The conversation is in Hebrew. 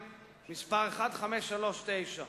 (מס' 1539),